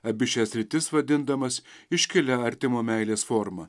abi šias sritis vadindamas iškilia artimo meilės forma